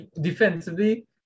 Defensively